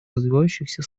развивающихся